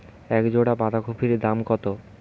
এক জোড়া বাঁধাকপির দাম কত?